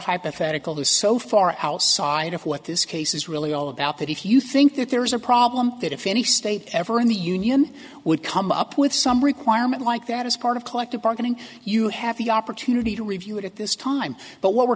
hypothetical this so far outside of what this case is really all about that if you think that there is a problem that if any state ever in the union would come up with some requirement like that as part of collective bargaining you have the opportunity to review it at this time but what we're